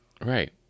Right